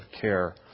care